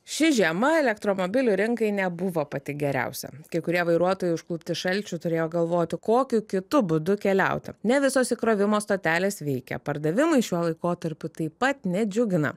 ši žiema elektromobilių rinkai nebuvo pati geriausia kai kurie vairuotojai užklupti šalčių turėjo galvoti kokiu kitu būdu keliauti ne visos įkrovimo stotelės veikė pardavimai šiuo laikotarpiu taip pat nedžiugina